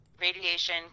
radiation